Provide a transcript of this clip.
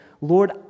Lord